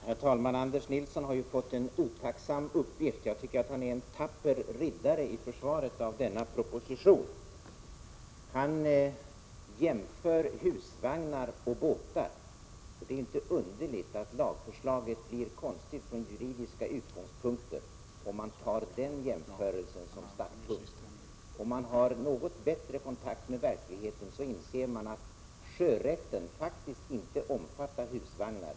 Herr talman! Anders Nilsson har fått en otacksam uppgift. Jag tycker att han är en tapper riddare i försvaret av denna proposition. Han jämför husvagnar och båtar. Det är inte underligt att lagförslaget blir konstigt från juridisk utgångspunkt, om man tar den jämförelsen som startpunkt. Om man har något bättre kontakt med verkligheten, inser man att sjörätten faktiskt inte omfattar husvagnar.